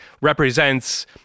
represents